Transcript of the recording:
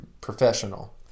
professional